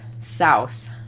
south